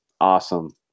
awesome